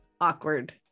awkward